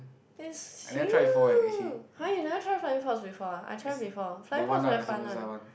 is you !huh! you never try flying fox before ah I try before flying fox is very fun one